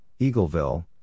Eagleville